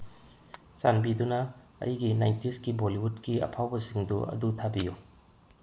ꯆꯥꯟꯕꯤꯗꯨꯅ ꯑꯩꯒꯤ ꯅꯥꯏꯟꯇꯤꯁꯀꯤ ꯕꯣꯂꯤꯋꯨꯠꯀꯤ ꯑꯐꯥꯎꯕꯁꯤꯡꯗꯨ ꯑꯗꯨ ꯊꯥꯕꯤꯌꯨ